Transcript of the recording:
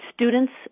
students